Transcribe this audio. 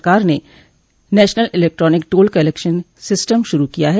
सरकार ने national electronic toll collection system शुरू किया है